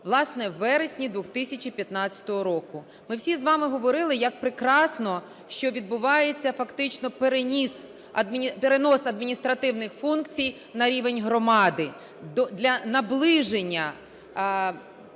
власне, у вересні 2015 року. Ми всі з вами говорили, як прекрасно, що відбувається фактично перенос адміністративних функцій на рівень громади для наближення